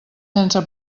sense